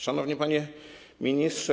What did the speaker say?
Szanowny Panie Ministrze!